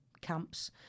camps